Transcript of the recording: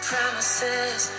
promises